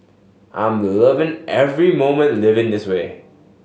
I'm loving every moment living in this way